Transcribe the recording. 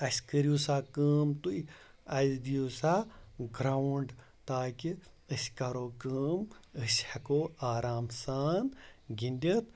اَسہِ کٔرِو سا کٲم تُہۍ اَسہِ دِیِو سا گَرٛاوُنٛڈ تاکہِ أسۍ کَرو کٲم أسۍ ہیٚکو آرام سان گِنٛدِتھ